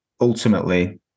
ultimately